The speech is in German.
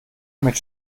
mit